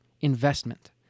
investment